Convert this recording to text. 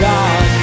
God